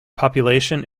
population